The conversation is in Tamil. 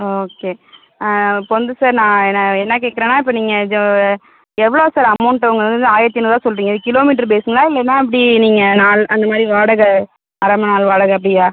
ஓகே ஆ இப்போ வந்து சார் நான் என்ன என்ன கேட்குறன்னா இப்போ நீங்கள் எவ்வளோ சார் அமௌன்ட்டு உங்களுது வந்து ஆயிரத்து ஐநூற் ரூவா சொல்லுறிங்க கிலோ மீட்டரு பேசுங்களா இல்லைன்னா எப்படி நீங்கள் நாள் அந்த மாதிரி வாடகை அரை மண் நாள் வாடகை அப்படியா